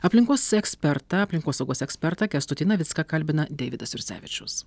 aplinkos ekspertą aplinkosaugos ekspertą kęstutį navicką kalbina deividas jursevičius